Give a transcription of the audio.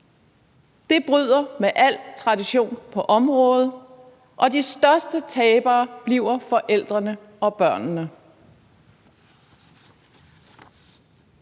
Det bryder med al tradition på området, og de største tabere bliver forældrene og børnene.